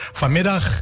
vanmiddag